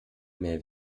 mehr